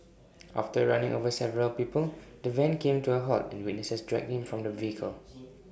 after running over several people the van came to A halt and witnesses dragged him from the vehicle